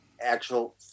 actual